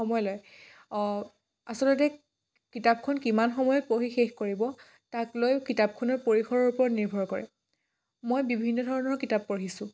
সময় লয় অঁ আচলতে কিতাপখন কিমান সময়ত পঢ়ি শেষ কৰিব তাক লৈ কিতাপখনৰ পৰিসৰৰ ওপৰত নিৰ্ভৰ কৰিব মই বিভিন্ন ধৰণৰ কিতাপ পঢ়িছোঁ